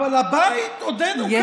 אבל הבית עודנו קיים.